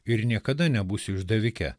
ir niekada nebūsiu išdavike